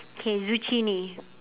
okay zucchini